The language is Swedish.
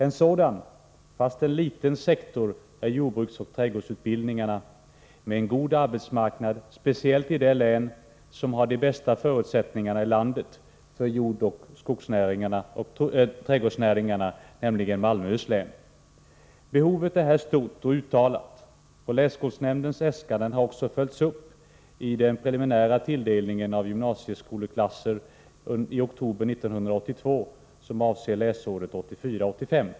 En sådan sektor, om än en liten, är jordbruksoch trädgårdsutbildningarna, som har en god arbetsmarknad speciellt i det län som har de bästa förutsättningarna i landet för jordbruksoch trädgårdsnäringarna, nämligen Malmöhus län. Behovet är stort och uttalat. Länsskolnämndens äskanden har också följts upp i den preliminära tilldelningen av gymnasieskoleklasser i oktober 1982, som avser läsåret 1984/85.